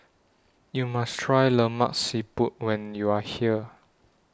YOU must Try Lemak Siput when YOU Are here